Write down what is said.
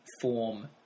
form